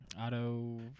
auto